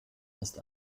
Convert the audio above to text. ist